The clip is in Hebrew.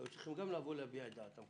היו צריכים גם לבוא ולהביע את דעתם.